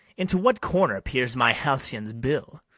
into what corner peers my halcyon's bill?